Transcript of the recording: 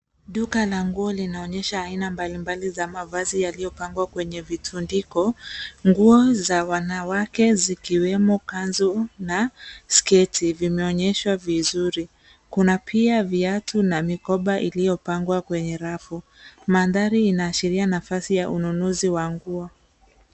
Duka la nguo linaonyesha aina mbalimbali ya mavazi yaliyopangwa kwenye vitundiko, nguo za wanawake zikiwemo kanzu na sketi vimeonyeshwa vizuri. Kuna pia viatu na mikoba iliyopangwa kwenye rafu. Mandhari inaashiria nafasi ya ununuzi wa nguo.